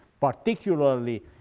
particularly